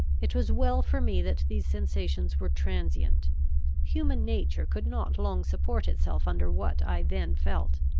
it was well for me that these sensations were transient human nature could not long support itself under what i then felt.